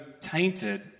tainted